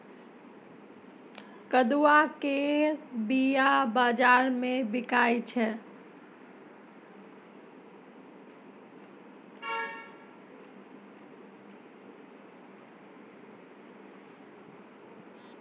कदुआ केर बीया बजार मे बिकाइ छै